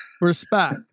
Respect